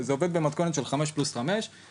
זה עובד במתכונת של חמש שנים פלוס חמש שנים